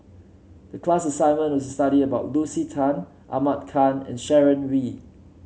the class assignment was to study about Lucy Tan Ahmad Khan and Sharon Wee